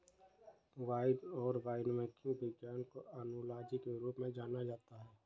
wine और winemaking के विज्ञान को ओनोलॉजी के रूप में जाना जाता है